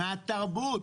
מהתרבות.